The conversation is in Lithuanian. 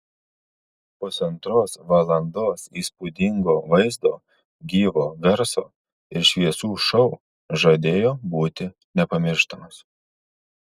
pusantros valandos įspūdingo vaizdo gyvo garso ir šviesų šou žadėjo būti nepamirštamas